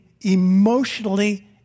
emotionally